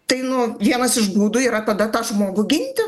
tai nu vienas iš būdų yra tada tą žmogų ginti